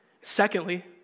Secondly